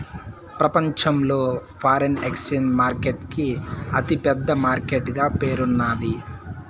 ప్రపంచంలో foreign exchange market కి అతి పెద్ద మార్కెట్ గా పేరున్నాది